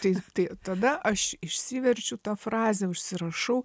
taip tai tada aš išsiverčiu tą frazę užsirašau